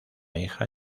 hija